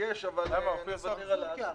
אני כאן,